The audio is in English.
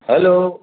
hello